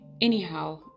anyhow